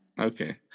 Okay